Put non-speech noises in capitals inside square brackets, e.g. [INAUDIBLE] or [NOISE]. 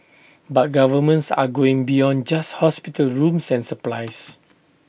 but governments are going beyond just hospital rooms and supplies [NOISE]